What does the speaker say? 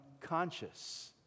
conscious